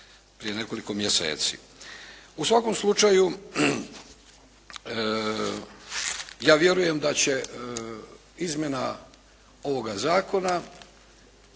prije nekoliko mjeseci. U svakom slučaju, ja vjerujem da će izmjena ovoga zakona